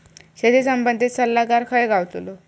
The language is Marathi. शेती संबंधित सल्लागार खय गावतलो?